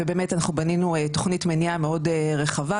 בנינו תוכנית מניעה מאוד רחבה,